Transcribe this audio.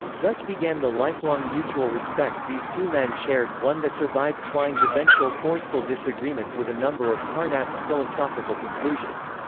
thus began the lifelong mutual respect these two men shared, one that survived quine's eventual forceful disagreements with a number of carnap's philosophical conclusions.